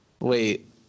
wait